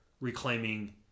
Reclaiming